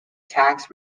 tax